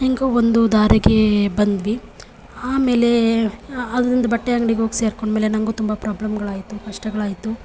ಹೇಗೋ ಒಂದು ದಾರಿಗೆ ಬಂದ್ವಿ ಆಮೇಲೆ ಅದರಿಂದ ಬಟ್ಟೆ ಅಂಗ್ಡಿಗೆ ಹೋಗ್ ಸೇರಿಕೊಂಡ್ಮೇಲೆ ನಂಗೂ ತುಂಬ ಪ್ರಾಬ್ಲಮ್ಮುಗಳಾಯ್ತು ಕಷ್ಟಗಳಾಯಿತು